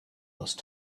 those